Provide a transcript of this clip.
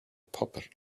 puppet